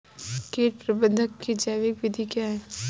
कीट प्रबंधक की जैविक विधि क्या है?